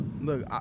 Look